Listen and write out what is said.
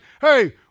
hey